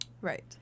right